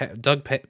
doug